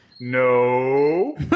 No